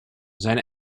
zijn